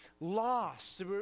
lost